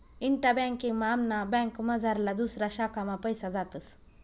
इंटा banking मा आमना बँकमझारला दुसऱा शाखा मा पैसा जातस